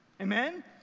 Amen